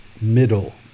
middle